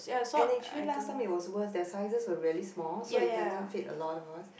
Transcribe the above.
and actually last time it was worse their sizes were really small so it doesn't fit a lot of us